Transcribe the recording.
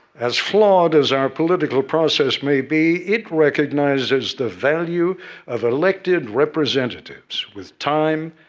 as flawed as our political process may be, it recognizes the value of elected representatives, with time,